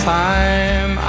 time